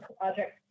project